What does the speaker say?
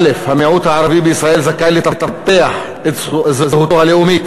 (א) המיעוט הערבי בישראל זכאי לטפח את זהותו הלאומית,